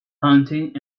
hunting